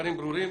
הדברים ברורים,